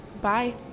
Bye